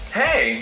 hey